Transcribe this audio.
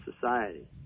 society